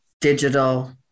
digital